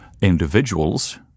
individuals